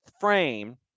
frame